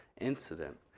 incident